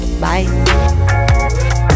Bye